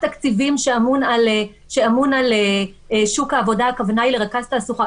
התקציבים שאמון על שוק העבודה הכוונה היא לרכז תעסוקה